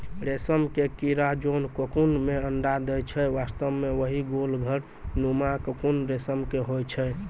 रेशम के कीड़ा जोन ककून मॅ अंडा दै छै वास्तव म वही गोल घर नुमा ककून रेशम के होय छै